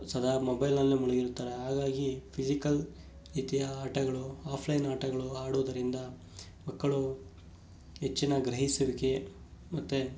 ಸದಾ ಮೊಬೈಲ್ನಲ್ಲೇ ಮುಳುಗಿರುತ್ತಾರೆ ಹಾಗಾಗಿ ಫಿಸಿಕಲ್ ಈ ರೀತಿಯ ಆಟಗಳು ಆಫ್ಲೈನ್ ಆಟಗಳು ಆಡುವುದರಿಂದ ಮಕ್ಕಳು ಹೆಚ್ಚಿನ ಗ್ರಹಿಸುವಿಕೆ ಮತ್ತು